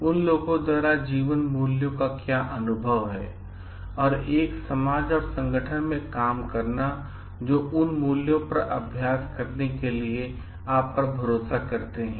उन लोगों द्वारा जीवन मूल्यों का क्या अनुभव है और एक समाज और संगठन में काम करना जो उन मूल्यों पर अभ्यास करने के लिए आप पर भरोसा करते हैं